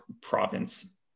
province